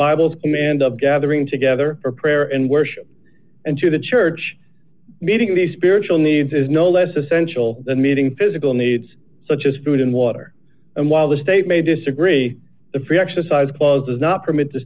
bible and of gathering together for prayer and worship and to the church meeting the spiritual needs is no less essential meeting physical needs such as food and water and while the state may disagree the free exercise clause does not permit t